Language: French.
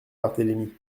barthélemy